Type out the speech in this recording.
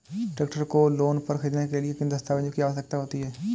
Tractor को loan पर खरीदने के लिए किन दस्तावेज़ों की आवश्यकता होती है?